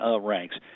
ranks